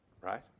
right